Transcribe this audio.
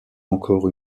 encore